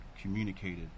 communicated